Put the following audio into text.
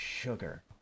Sugar